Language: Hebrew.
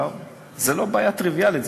זאת לא בעיה טריוויאלית.